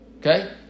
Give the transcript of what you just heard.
Okay